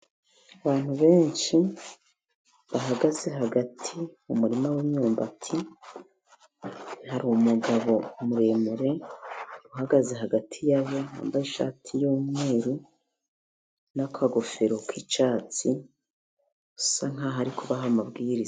Abantu benshi bahagaze hagati mu muririma w'imyumbati, hari umugabo muremure uhagaze hagati yabo wambaye ishati, y'umweru n'akagofero k'icyatsi, usa nkaho ari kubaha amabwiriza.